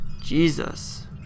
Jesus